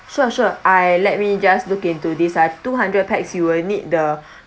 sure sure I let me just look into this ah two hundred pax you will need the